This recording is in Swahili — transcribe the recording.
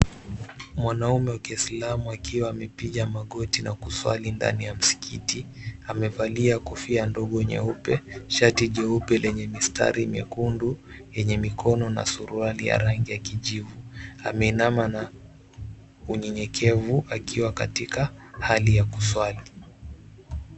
Mwanaume wa kiislamu akiwa amepiga magoti na kuswali ndani ya msikiti. Amevalia kofia ndogo nyeupe, shati jeupe lenye mistari mekundu yenye mikono na suruali ya rangi ya kijivu. Ameinama na unyenyekevu akiwa katika hali ya kuswali.